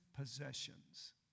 Possessions